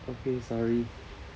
okay sorry